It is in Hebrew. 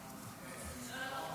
היושב-ראש,